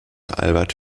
albert